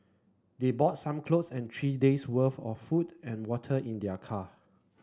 they bought some clothes and three days' worth of food and water in their car